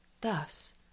thus